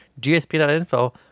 gsp.info